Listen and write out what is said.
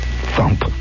Thump